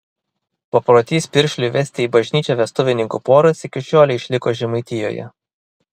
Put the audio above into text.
paprotys piršliui vesti į bažnyčią vestuvininkų poras iki šiolei išliko žemaitijoje